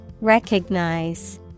Recognize